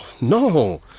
no